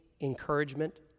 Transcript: encouragement